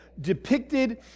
depicted